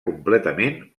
completament